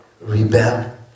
rebel